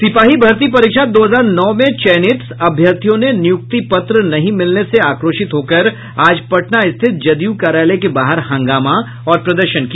सिपाही भर्ती परीक्षा दो हजार नौ में चयनित अभ्यर्थियों ने निय्रक्ति पत्र नहीं मिलने से आक्रोशित होकर आज पटना रिथित जदयू कार्यालय के बाहर हंगामा और प्रदर्शन किया